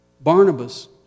Barnabas